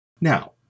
Now